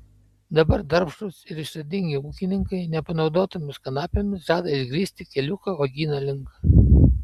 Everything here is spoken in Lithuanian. dabar darbštūs ir išradingi ūkininkai nepanaudotomis kanapėmis žada išgrįsti keliuką uogyno link